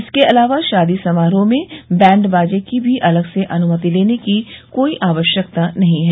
इसके अलावा शादी समारोह में बैंडबाजे की भी अलग से अनुमति लेने की कोई आवश्यकता नहीं है